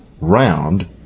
round